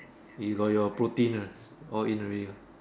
you got your protein ah all in already ya